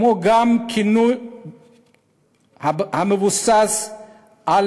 וכינוי המבוסס על